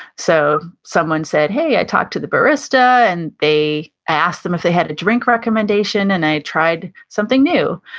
so, someone said, hey, i talked to the barista and they, i asked them if they had a drink recommendation and i tried something new.